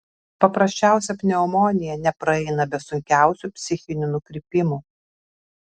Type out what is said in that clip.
paprasčiausia pneumonija nepraeina be sunkiausių psichinių nukrypimų